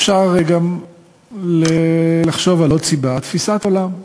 אפשר גם לחשוב על עוד סיבה: תפיסת עולם.